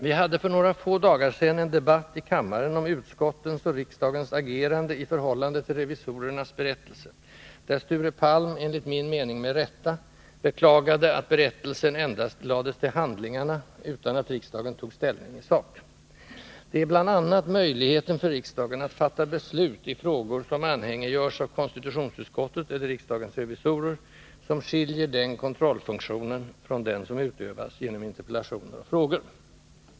Vi hade för några få dagar sedan en debatt i kammaren om utskottens och riksdagens agerande i förhållande till revisorernas berättelse, där Sture Palm, enligt min mening med rätta, beklagade att berättelsen endast ”lades till handlingarna” utan att riksdagen tog ställning i sak. Det är bl.a. möjligheten för riksdagen att fatta beslut i frågor som anhängiggörs av konstitutionsutskottet eller riksdagens revisorer som skiljer den kontrollfunktionen från den som utövas genom interpellationer och frågor.